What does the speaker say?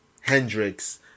Hendrix